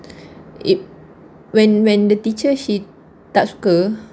when when the teacher she tak suka